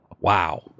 Wow